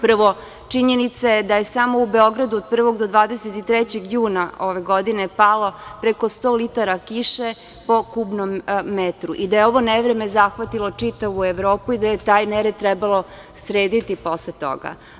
Prvo, činjenica je da je samo u Beogradu od 1. do 23. juna ove godine palo preko 100 litara kiše po kubnom metru i da je ovo nevreme zahvatilo čitavu Evropu i da je taj nered trebalo srediti posle toga.